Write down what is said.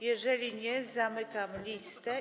Jeżeli nie, zamykam listę.